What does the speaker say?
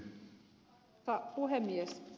arvoisa puhemies